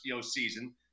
season